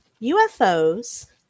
UFOs